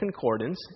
Concordance